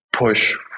push